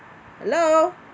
hello